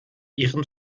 ihren